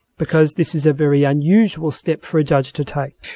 because this is a very unusual step for a judge to take.